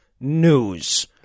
news